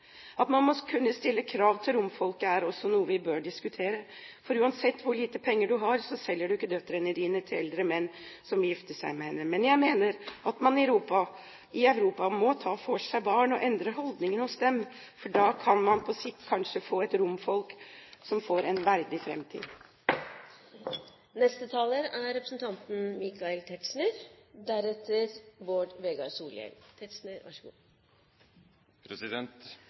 At man må kunne stille krav til romfolket, er også noe vi bør diskutere. For uansett hvor lite penger du har, så selger du ikke datteren din til en eldre mann som vil gifte seg med henne. Jeg mener at man i Europa må ta for seg barna og endre holdningene hos dem, for da kan på sikt kanskje romfolket få en verdig framtid. Romfolkets historie er eldre enn nasjonalstatenes. Så kan man jo si at alt folks historie også er